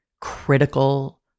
critical